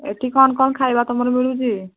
ଏଠି କ'ଣ କ'ଣ ଖାଇବା ତୁମର ମିଳୁଛି